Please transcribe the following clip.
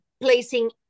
placing